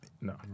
No